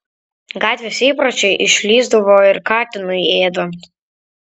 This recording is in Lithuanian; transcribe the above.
gatvės įpročiai išlįsdavo ir katinui ėdant